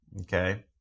Okay